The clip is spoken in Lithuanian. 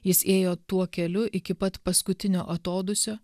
jis ėjo tuo keliu iki pat paskutinio atodūsio